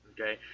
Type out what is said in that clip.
Okay